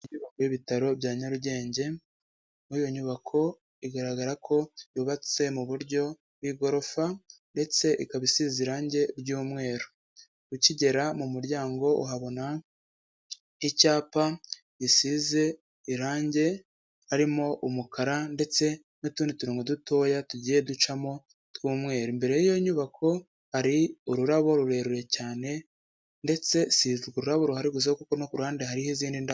Ibitaro bya Nyarugenge muri iyo nyubako igaragara ko yubatse mu buryo bw'igorofa, ndetse ikaba isize irangi ry'umweru. Ukigera mu muryango uhabona icyapa gisize irangi harimo umukara ndetse n'utundi turongo dutoya tugiye ducamo tw'umweru. Imbere y'iyo nyubako ari ururabo rurerure cyane ndetse si ururabo ruhari gusa kuko no ku ruhande hariho izindi ndabo.